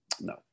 No